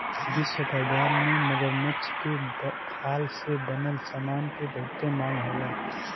विश्व बाजार में मगरमच्छ के खाल से बनल समान के बहुत मांग होला